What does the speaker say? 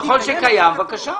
ככל שקיים, בבקשה.